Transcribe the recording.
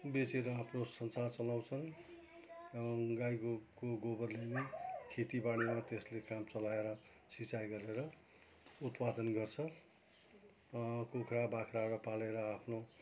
बेचेर आफ्नो संसार चलाउँछन् गाईको गोबरले नै खेती बारीमा त्यसले काम चलाएर सिँचाई गरेर उत्पादन गर्छ कुखुरा बाख्रा पालेर आफ्नो